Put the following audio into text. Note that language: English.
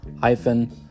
hyphen